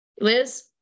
Liz